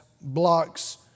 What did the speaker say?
blocks